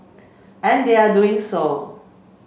and they are doing so